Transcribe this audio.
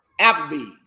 Applebee's